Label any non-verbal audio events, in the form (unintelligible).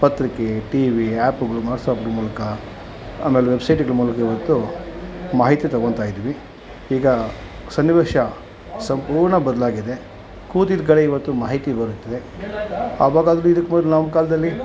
ಪತ್ರಿಕೆ T V ಆ್ಯಪ್ಗಳು ವಾಟ್ಸಾಪ್ಗ್ಳ ಮೂಲಕ ಆಮೇಲೆ ವೆಬ್ಸೈಟ್ಗಳ ಮೂಲಕ ಇವತ್ತು ಮಾಹಿತಿ ತೊಗೊಂತಾ ಇದ್ದೀವಿ ಈಗ ಸನ್ನಿವೇಷ ಸಂಪೂರ್ಣ ಬದಲಾಗಿದೆ ಕೂತಿದ್ದ ಕಡೆ ಇವತ್ತು ಮಾಹಿತಿ ಬರುತ್ತದೆ ಅವಾಗಾದರೂ (unintelligible) ನಮ್ಮ ಕಾಲದಲ್ಲಿ